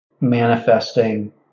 manifesting